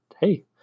hey